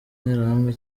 interahamwe